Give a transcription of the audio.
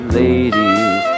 ladies